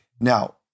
Now